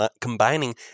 combining